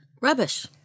Rubbish